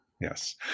Yes